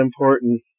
important